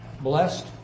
blessed